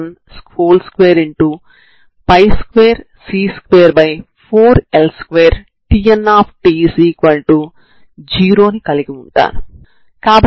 ఈ లో double integral ప్రాథమికంగా ఏ డబల్ ఇంటిగ్రల్ అయినా అవ్వచ్చు కాబట్టి ∬dξ dη డబల్ ఇంటిగ్రల్